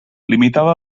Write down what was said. limitava